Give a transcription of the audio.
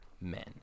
men